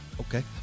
okay